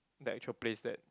the actual place that